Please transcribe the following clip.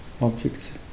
objects